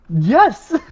Yes